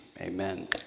amen